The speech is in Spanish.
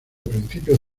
principios